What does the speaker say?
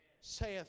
saith